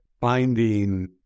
finding